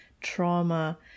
trauma